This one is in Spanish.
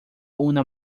una